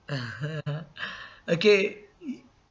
okay